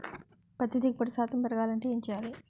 పత్తి దిగుబడి శాతం పెరగాలంటే ఏంటి చేయాలి?